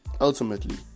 ultimately